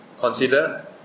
Consider